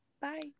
Bye